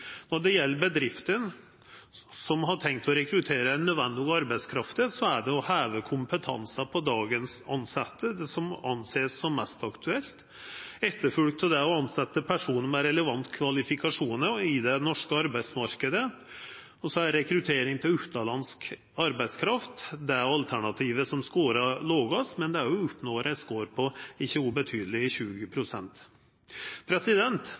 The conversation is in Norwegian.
Når det gjeld bedrifter som har tenkt å rekruttera nødvendig arbeidskraft, er det å heva kompetansen til dagens tilsette ein må sjå på som mest aktuelt, etterfølgt av det å tilsetja personar med relevante kvalifikasjonar i den norske arbeidsmarknaden, og så er rekruttering av utanlandsk arbeidskraft det alternativet som scorar lågast, men det oppnår ein score på ikkje ubetydelege 20